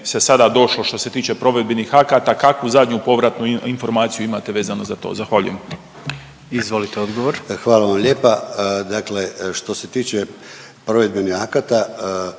se sada došlo što se tiče provedbenih akata? Kakvu zadnju povratnu informaciju imate vezano za to? Zahvaljujem. **Jandroković, Gordan (HDZ)** Izvolite odgovor. **Klešić, Ivan** Hvala vam lijepa. Dakle, što se tiče provedbenih akata